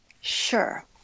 Sure